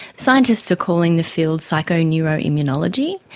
scientists are calling the field psycho neuro immunology,